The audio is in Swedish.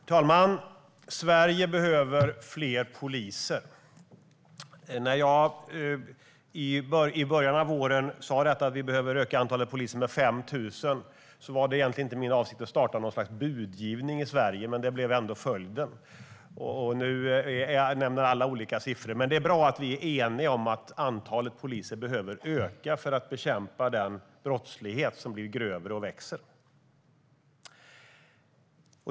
Herr talman! Sverige behöver fler poliser. När jag i början av våren sa att vi behöver öka antalet poliser med 5 000 var det egentligen inte min avsikt att starta något slags budgivning i Sverige, men det blev ändå följden, och nu nämner alla olika siffror. Men det är bra att vi är eniga om att antalet poliser behöver öka för att bekämpa den brottslighet som blir grövre och växer.